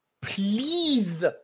please